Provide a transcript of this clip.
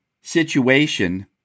situation